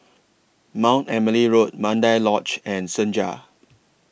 Mount Emily Road Mandai Lodge and Senja